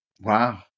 Wow